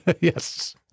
Yes